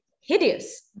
hideous